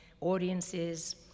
audiences